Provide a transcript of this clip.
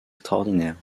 extraordinaires